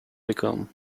become